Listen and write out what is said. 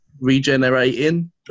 regenerating